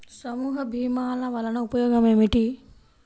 సమూహ భీమాల వలన ఉపయోగం ఏమిటీ?